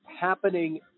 happening